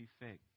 effect